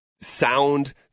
Sound